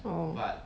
oh